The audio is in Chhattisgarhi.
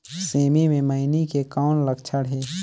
सेमी मे मईनी के कौन लक्षण हे?